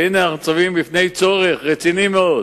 והנה אנחנו ניצבים בפני צורך רציני מאוד